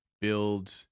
build